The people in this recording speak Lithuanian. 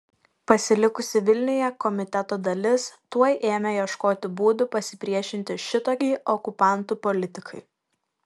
pasilikusi vilniuje komiteto dalis tuoj ėmė ieškoti būdų pasipriešinti šitokiai okupantų politikai